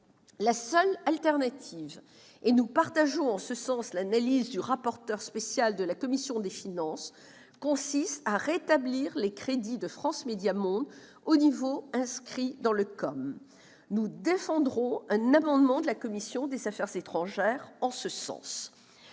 La seule alternative, et nous partageons en ce sens l'analyse du rapporteur spécial de la commission de finances, consiste à rétablir les crédits de France Médias Monde au niveau inscrit dans le COM. Nous défendrons un amendement de la commission des affaires étrangères en ce sens.